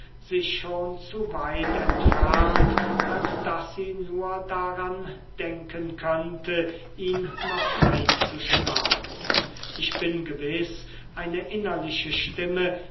sich schon zu weit entfernt als daß sie nur daran denken könnte ihn noch einzuschlagen ich bin gewiß eine innerliche stimme